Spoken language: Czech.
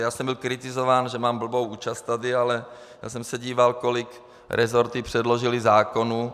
Já jsem byl kritizován, že mám blbou účast tady, ale já jsem se díval, kolik resorty předložily zákonů...